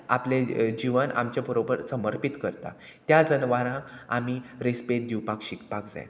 आपले जिवन आमचे बरोबर समर्पीत करता त्या जनवरां आमी रिस्पेद दिवपाक शिकपाक जाय